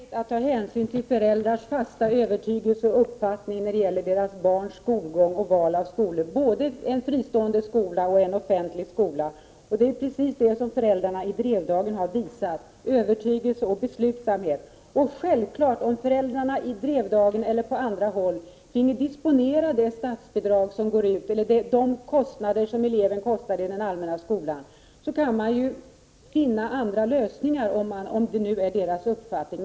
Herr talman! Jag tycker att det är väsentligt att ta hänsyn till föräldrars fasta övertygelse och uppfattning om deras barns skolgång och val av skola, oavsett om det gäller en fristående skola eller en offentlig skola. Övertygelse och beslutsamhet är precis vad föräldrarna i Drevdagen har visat. Om föräldrarna i Drevdagen eller på andra håll finge disponera det statsbidrag som utgår eller vad det kostar att hålla eleverna i den allmänna skolan, skulle man -— det är självklart — kunna finna andra lösningar som kunde överensstämma med föräldrarnas uppfattning.